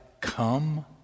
come